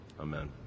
Amen